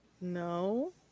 No